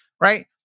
right